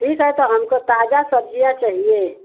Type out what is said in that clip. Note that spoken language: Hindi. ठीक है तो हमको ताजा सब्जियाँ चाहिए